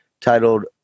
titled